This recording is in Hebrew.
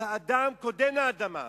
אז האדם קודם לאדמה,